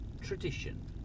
Tradition